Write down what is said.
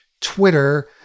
Twitter